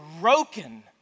broken